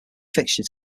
fixture